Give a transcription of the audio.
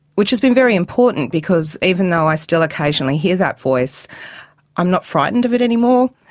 which has been very important because even though i still occasionally hear that voice i'm not frightened of it any more.